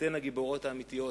אתן הגיבורות האמיתיות,